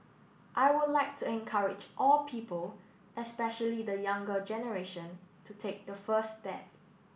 I would like to encourage all people especially the younger generation to take the first step